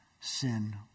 sin